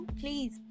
please